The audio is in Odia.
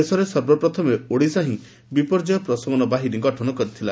ଦେଶରେ ସର୍ବ ପ୍ରଥମେ ଓଡିଶା ବିପର୍ଯ୍ୟୟ ପ୍ରଶମନ ବାହିନୀ ଗଠନ କରିଥିଲା